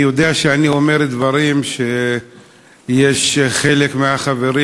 אני יודע שאני אומר דברים שיש חלק מהחברים